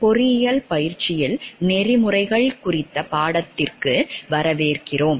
பொறியியல் பயிற்சியில் நெறிமுறைகள் குறித்த பாடத்திற்கு வரவேற்கிறோம்